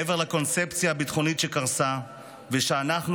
מעבר לקונספציה הביטחונית שקרסה ושאנחנו